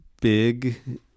big